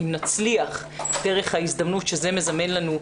אם נצליח דרך ההזדמנות שזה מזמן לנו,